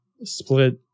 split